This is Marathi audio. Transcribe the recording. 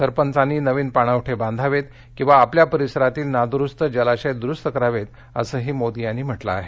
सरपंचांनी नवीन पाणवठे बांधावेत किंवा आपल्या परीसरातील नादुरुस्त जलाशय दुरुस्त करावेत असंही मोदी यांनी म्हटलं आहे